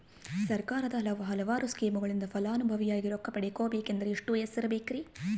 ಸರ್ಕಾರದ ಹಲವಾರು ಸ್ಕೇಮುಗಳಿಂದ ಫಲಾನುಭವಿಯಾಗಿ ರೊಕ್ಕ ಪಡಕೊಬೇಕಂದರೆ ಎಷ್ಟು ವಯಸ್ಸಿರಬೇಕ್ರಿ?